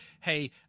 hey